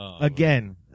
Again